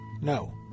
No